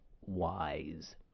wise